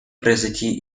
произойти